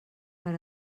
per